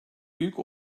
büyük